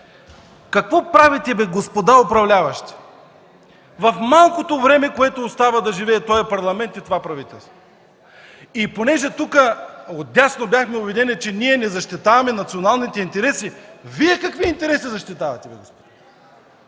Какво правите, господа управляващи, в малкото време, което остава да живеят този Парламент и това правителство?! Понеже тук отдясно бяхме обвинени, че ние не защитаваме националните интереси, Вие какви интереси защитавате?! Господин